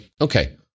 okay